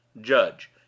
Judge